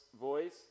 voice